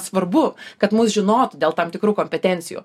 svarbu kad mus žinotų dėl tam tikrų kompetencijų